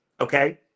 okay